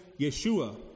Yeshua